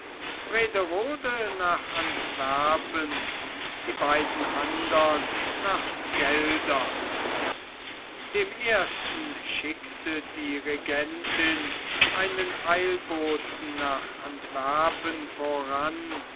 nach antwerpen die beiden andern nach geldern dem ersten schickte die regentin einen eilboten nach antwerpen voran